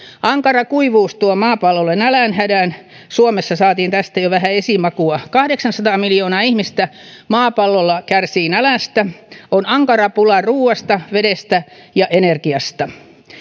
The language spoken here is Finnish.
ankara kuivuus tuo maapallolle nälänhädän suomessa saatiin tästä jo vähän esimakua kahdeksansataa miljoonaa ihmistä maapallolla kärsii nälästä on ankara pula ruoasta vedestä ja energiasta